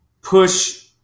push